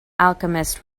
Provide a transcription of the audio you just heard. alchemist